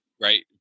Right